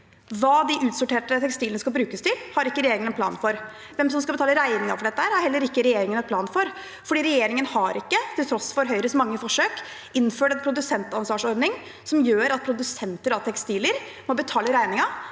Hva de utsorterte tekstilene skal brukes til, har ikke regjeringen en plan for. Hvem som skal betale regningen for dette, har heller ikke regjeringen en plan for, for regjeringen har ikke, til tross for Høyres mange forsøk, innført en produsentansvarsordning som gjør at produsenter av tekstiler må betale regningen.